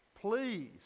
please